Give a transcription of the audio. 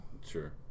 Sure